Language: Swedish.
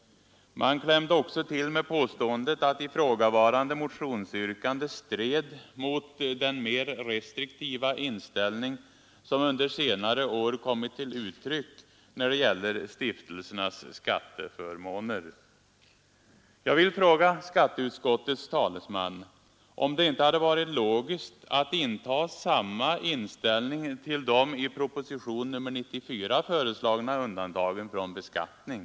Man klämde också till med påståendet att ifrågavarande motionsyrkande stred mot den mer restriktiva inställning som under senare år har kommit till uttryck när det gäller stiftelsernas skatteförmåner. Jag vill fråga skatteutskottets talesman om det inte hade varit logiskt att inta samma ställning till de i propositionen 94 föreslagna undantagen från beskattning.